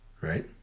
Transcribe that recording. Right